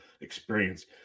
experience